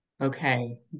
Okay